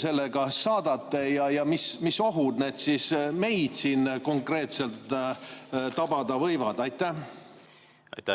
sellega saadate ja mis ohud meid siin konkreetselt tabada võivad? Aitäh!